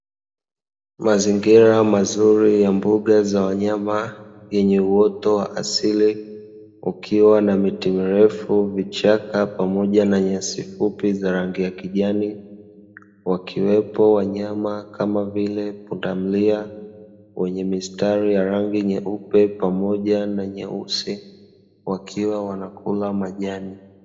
Mazingira mazuri ya mbuga za wanyama, yenye uoto wa asili ukiwa na miti mirefu, vichaka pamoja na nyasi fupi za rangi ya kijani, wakiwepo wanyama kama vile punda milia wenye mistari ya rangi nyeupe pamoja na nyeusi, wakiwa wanakula majani.